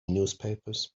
newspapers